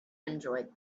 enjoyed